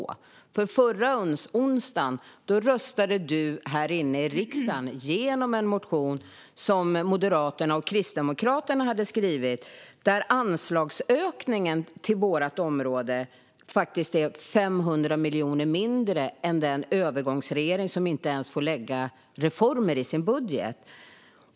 Förra onsdagen röstade du nämligen här i riksdagen igenom en reservation som Moderaterna och Kristdemokraterna hade skrivit. Där är anslagsökningen till vårt område 500 miljoner mindre än i budgeten från den övergångsregering som inte ens får lägga reformer i sin budget.